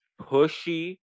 pushy